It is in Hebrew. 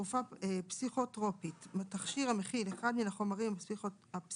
"תרופה פסיכוטרופית" תכשיר המכיל אחד מן החומרים הפסיכוטרופים